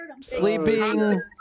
sleeping